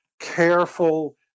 careful